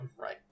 right